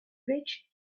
rich